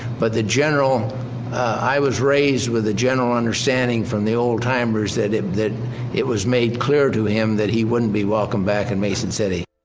but the general i was raised with the general understanding from the old timers that it that it was made clear to him that he wouldn't be welcome back in mason city.